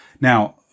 Now